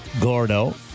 Gordo